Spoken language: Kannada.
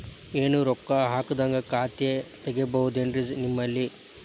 ಏನು ರೊಕ್ಕ ಹಾಕದ್ಹಂಗ ಖಾತೆ ತೆಗೇಬಹುದೇನ್ರಿ ನಿಮ್ಮಲ್ಲಿ?